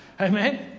Amen